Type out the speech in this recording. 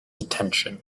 attention